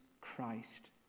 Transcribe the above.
Christ